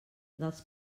dels